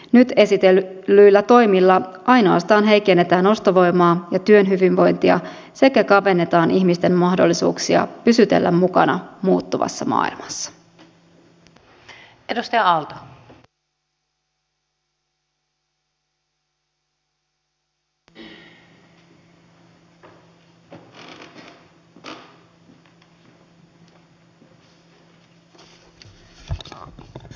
nyt esitellyillä toimilla ainoastaan heikennetään ostovoimaa ja työhyvinvointia sekä kavennetaan ihmisten mahdollisuuksia pysytellä mukana muuttuvassa maailmassa